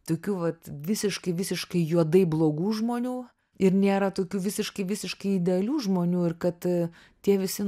tokių vat visiškai visiškai juodai blogų žmonių ir nėra tokių visiškai visiškai idealių žmonių ir kad tie visi